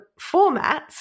formats